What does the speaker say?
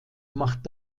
macht